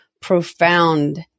profound